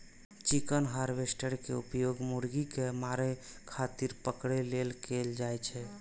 chicken harvester के उपयोग मुर्गी कें मारै खातिर पकड़ै लेल कैल जाइ छै